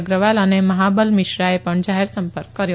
અગ્રવાલ અને મહાબલ મિશ્રાએ પણ જાહેર સંપર્ક કર્યો હતો